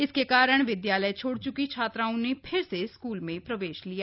इसके कारण विद्यालय छोड़ च्की छात्राओं ने फिर से स्कूल में प्रवेश लिया